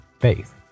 faith